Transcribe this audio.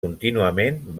contínuament